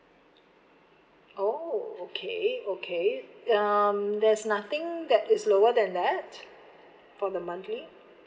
oh okay okay um there's nothing that is lower than that for the monthly